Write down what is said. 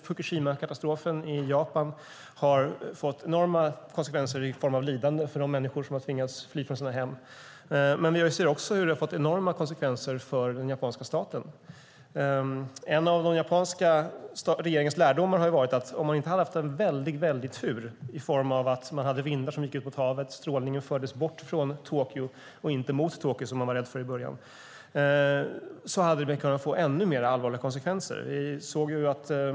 Fukushimakatastrofen i Japan har fått enorma konsekvenser i form av lidande för de människor som har tvingats fly från sina hem. Den har också fått enorma konsekvenser för den japanska staten. En av den japanska regeringens lärdomar har varit att om man inte hade haft en väldigt stor tur i form av vindar som gick ut mot havet och genom att strålningen fördes bort från Tokyo och inte mot Tokyo, som man var rädd för i början, hade det kunna få ännu mer allvarliga konsekvenser.